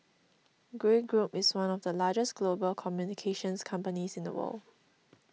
Grey Group is one of the largest global communications companies in the world